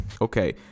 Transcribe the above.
okay